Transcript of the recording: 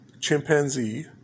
chimpanzee